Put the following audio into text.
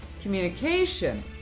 communication